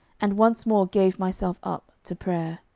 and once more gave myself up to prayer.